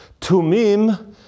Tumim